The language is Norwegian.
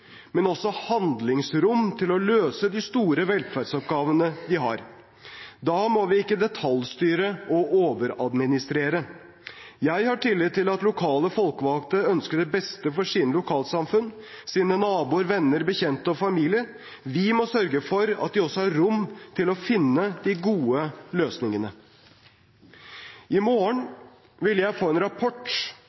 men også handlingsrom, til å løse de store velferdsoppgavene de har. Da må vi ikke detaljstyre og overadministrere. Jeg har tillit til at lokale folkevalgte ønsker det beste for sine lokalsamfunn, sine naboer, venner, bekjente og familie. Vi må sørge for at de også har rom til å finne de gode løsningene. I morgen vil jeg få en rapport